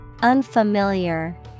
Unfamiliar